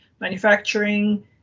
manufacturing